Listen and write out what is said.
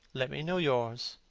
let me know yours,